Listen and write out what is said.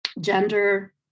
gender